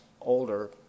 older